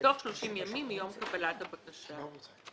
בתוך 30 ימים מיום קבלת הבקשה.